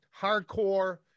hardcore